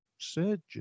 surgeon